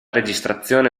registrazione